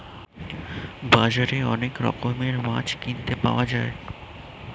বাজারে অনেক রকমের মাছ কিনতে পাওয়া যায়